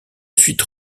suite